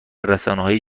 رسانههای